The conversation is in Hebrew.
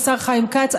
השר חיים כץ,